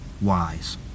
wise